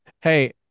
Hey